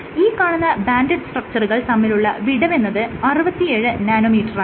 ഈ കാണുന്ന ബാൻഡഡ് സ്ട്രക്ച്ചറുകൾ തമ്മിലുള്ള വിടവെന്നത് 67 നാനോമീറ്ററാണ്